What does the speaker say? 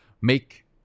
make